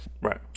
right